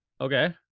Okay